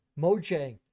Mojang